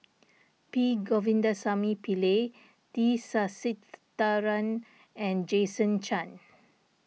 P Govindasamy Pillai T Sasitharan and Jason Chan